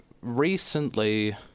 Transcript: recently